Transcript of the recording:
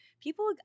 People